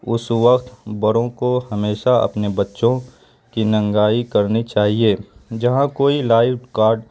اس وقت بڑوں کو ہمیشہ اپنے بچوں کی نگرانی کرنی چاہیے جہاں کوئی لائیو گارڈ